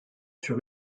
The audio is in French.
sur